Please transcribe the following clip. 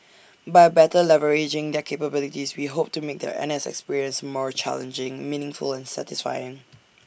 by better leveraging their capabilities we hope to make their N S experience more challenging meaningful and satisfying